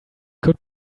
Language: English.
could